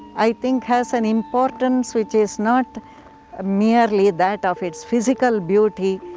i think, has an importance which is not ah merely that of its physical beauty,